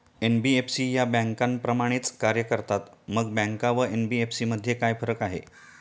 NBFC या बँकांप्रमाणेच कार्य करतात, मग बँका व एन.बी.एफ.सी मध्ये काय फरक आहे?